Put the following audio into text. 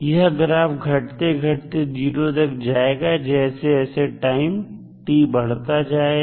यह ग्राफ घटते घटते 0 तक जाएगा जैसे जैसे टाइम t बढ़ता जाएगा